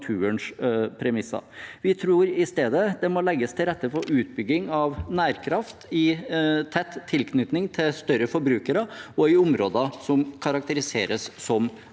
Vi tror i stedet det må legges til rette for utbygging av nærkraft i tett tilknytning til større forbrukere og i områder som karakteriseres som grå